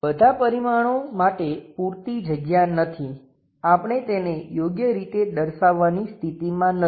બધા પરિમાણો માટે પૂરતી જગ્યા નથી આપણે તેને યોગ્ય રીતે દર્શાવવાની સ્થિતિમાં નથી